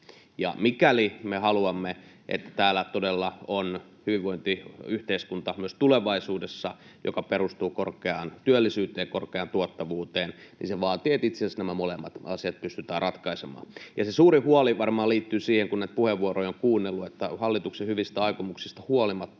Mikäli me haluamme, että täällä todella on myös tulevaisuudessa hyvinvointiyhteiskunta, joka perustuu korkeaan työllisyyteen ja korkean tuottavuuteen, niin se vaatii, että itse asiassa nämä molemmat asiat pystytään ratkaisemaan. Se suurin huoli varmaan liittyy siihen, kun näitä puheenvuoroja on kuunnellut, että hallituksen hyvistä aikomuksista huolimatta,